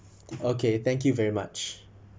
okay thank you very much